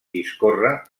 discorre